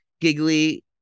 giggly